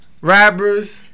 rappers